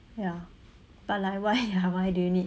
ya but like why ah why do you need